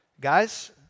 Guys